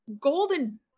Golden